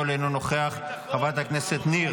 חבר הכנסת רול,